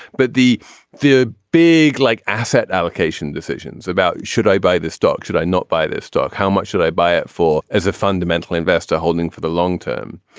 but the the big like asset allocation decisions about should i buy this stock should i not buy this stock. how much should i buy it for as a fundamental investor holding for the long term.